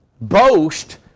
boast